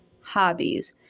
hobbies